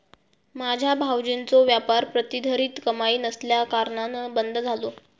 माझ्यो भावजींचो व्यापार प्रतिधरीत कमाई नसल्याकारणान बंद झालो